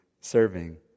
serving